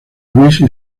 louise